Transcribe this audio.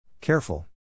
Careful